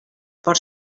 por